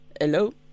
Hello